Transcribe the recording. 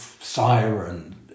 siren